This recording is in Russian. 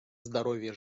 здоровья